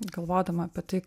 galvodama apie tai